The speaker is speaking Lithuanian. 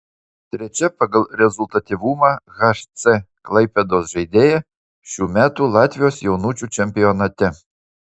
trečia pagal rezultatyvumą hc klaipėdos žaidėja šių metų latvijos jaunučių čempionate